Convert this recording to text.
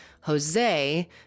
Jose